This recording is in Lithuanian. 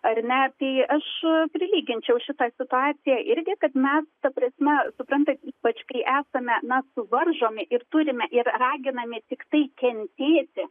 ar ne tai aš prilyginčiau šitą situaciją irgi kadmes ta prasme suprantat ypač kai esame na suvaržomi ir turime ir raginami tiktai kentėti